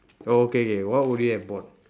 oh okay okay what would you have bought